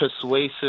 persuasive